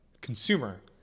consumer